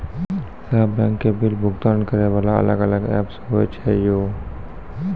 सब बैंक के बिल भुगतान करे वाला अलग अलग ऐप्स होय छै यो?